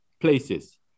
places